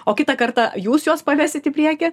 o kitą kartą jūs juos pavesit į priekį